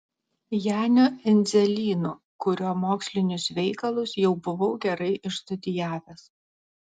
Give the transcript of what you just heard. janiu endzelynu kurio mokslinius veikalus jau buvau gerai išstudijavęs